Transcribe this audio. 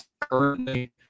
Currently